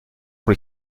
pour